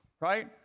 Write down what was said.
right